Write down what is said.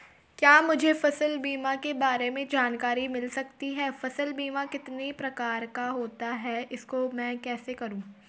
क्या मुझे फसल बीमा के बारे में जानकारी मिल सकती है फसल बीमा कितने प्रकार का होता है इसको मैं कैसे करूँ?